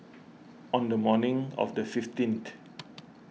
on the morning of the fifteenth